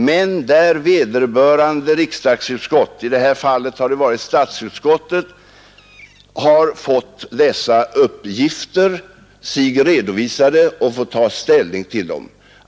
Men vederbörande riksdagsutskott — i det här fallet har det varit statsutskottet — har fått dessa uppgifter sig redovisade och har fått ta ställning till dem.